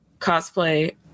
cosplay